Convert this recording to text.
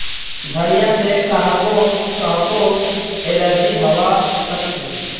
धनिया से काहको काहको एलर्जी हावा सकअछे